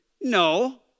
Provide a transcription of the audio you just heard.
No